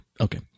Okay